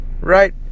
Right